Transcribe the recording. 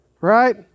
Right